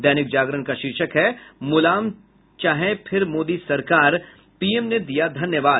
दैनिक जागरण का शीर्षक है मुलायम चाहें फिर मोदी सरकार पीएम ने दिया धन्यवाद